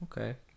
Okay